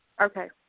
Okay